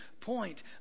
point